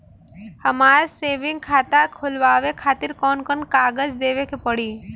हमार सेविंग खाता खोलवावे खातिर कौन कौन कागज देवे के पड़ी?